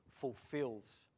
fulfills